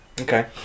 Okay